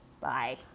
Bye